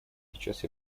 сейчас